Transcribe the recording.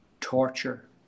torture